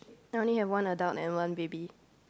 I only have one adult and one baby